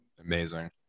amazing